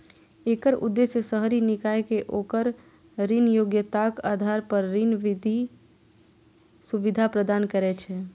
एकर उद्देश्य शहरी निकाय कें ओकर ऋण योग्यताक आधार पर ऋण वृद्धि सुविधा प्रदान करना छै